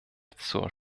zur